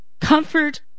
Comfort